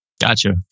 gotcha